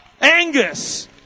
Angus